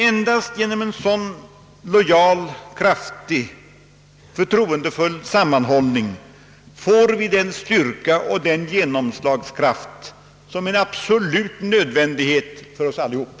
En dast genom en sådan lojal, kraftig, förtroendefull sammanhållning får vi den styrka och genomslagskraft som är en absolut nödvändighet för oss alla.